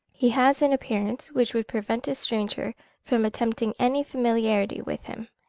he has an appearance which would prevent a stranger from attempting any familiarity with him.